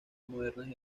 modernas